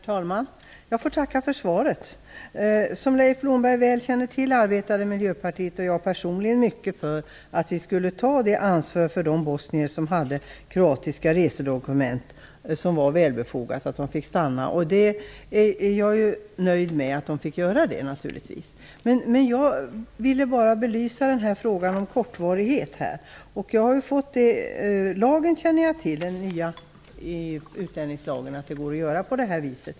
Herr talman! Jag tackar för svaret. Som Leif Blomberg väl känner till arbetade Miljöpartiet och även jag personligen mycket för att vi beträffande de bosnier som hade kroatiska resedokument skulle ta det ansvar som var välbefogat när det gällde att få stanna här. Jag är naturligtvis nöjd med att de fick det. Jag ville bara belysa frågan om kortvarighet. Jag känner till att det enligt den nya utlänningslagen går att göra på det här viset.